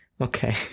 okay